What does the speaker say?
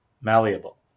malleable